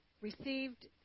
received